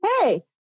hey